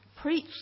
preach